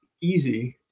easy